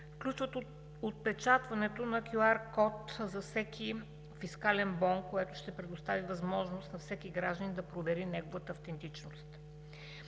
включват отпечатването на QR код за всеки фискален бон, което ще предостави възможност на всеки гражданин да провери неговата автентичност,